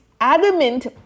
adamant